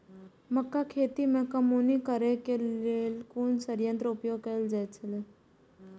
मक्का खेत में कमौनी करेय केय लेल कुन संयंत्र उपयोग कैल जाए छल?